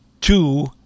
two